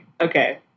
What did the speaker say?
okay